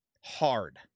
Hard